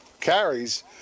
carries